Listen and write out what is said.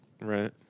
right